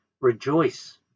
Rejoice